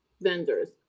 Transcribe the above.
vendors